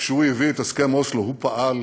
וכשהוא הביא את הסכם אוסלו, הוא פעל